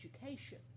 education